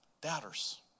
doubters